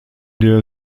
der